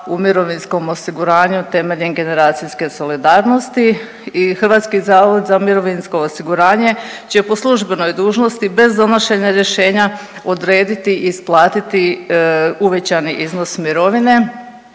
u mirovinskom osiguranju temeljem generacijske solidarnosti i HZMO će po službenoj dužnosti, bez donošenja rješenja odrediti i isplatiti uvećani iznos mirovine.